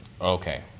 okay